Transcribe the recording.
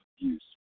abuse